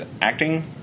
acting